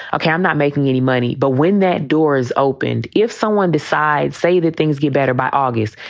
ok, i'm not making any money. but when that door is opened, if someone besides say that things get better by august,